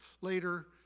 later